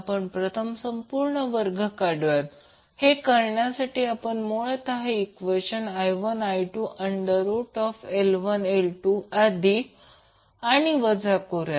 आपण प्रथम संपूर्ण वर्ग काढूया हे करण्यासाठी आपण मुळतः ईक्वेशन i1i2L1L2 अधिक आणि वजा करूया